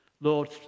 Lord